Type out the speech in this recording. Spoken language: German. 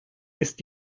ist